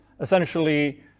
essentially